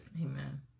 Amen